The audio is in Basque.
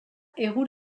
egur